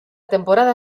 temporada